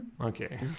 okay